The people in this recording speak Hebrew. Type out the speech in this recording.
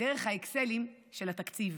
דרך האקסלים של התקציב,